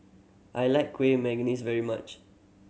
I like Kueh Manggis very much